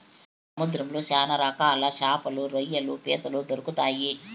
సముద్రంలో శ్యాన రకాల శాపలు, రొయ్యలు, పీతలు దొరుకుతాయి